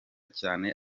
cyane